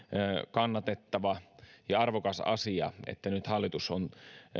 kannatettava ja arvokas asia että nyt hallitus on